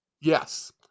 Yes